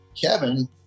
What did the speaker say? Kevin